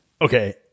Okay